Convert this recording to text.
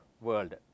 world